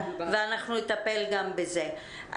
אנחנו נטפל גם בזה.